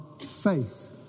faith